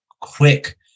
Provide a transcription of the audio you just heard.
quick